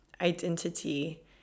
Identity